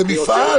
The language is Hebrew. זה מפעל.